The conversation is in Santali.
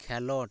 ᱠᱷᱮᱞᱳᱸᱰ